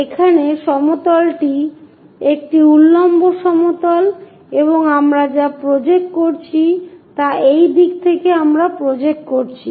এখানে সমতলটি একটি উল্লম্ব সমতল এবং আমরা যা প্রজেক্ট করছি তা এই দিক থেকে আমরা প্রজেক্ট করছি